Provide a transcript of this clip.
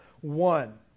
one